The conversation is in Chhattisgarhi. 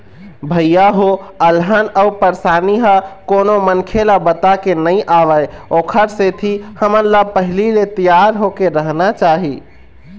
भइया हो अलहन अउ परसानी ह कोनो मनखे ल बताके नइ आवय ओखर सेती हमन ल पहिली ले तियार होके रहना चाही